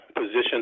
position